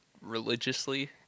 religiously